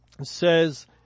says